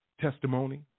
testimony